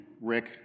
Rick